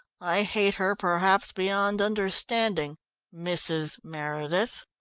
i hate her perhaps beyond understanding mrs. meredith.